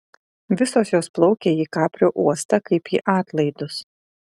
visos jos plaukia į kaprio uostą kaip į atlaidus